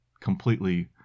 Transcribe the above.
completely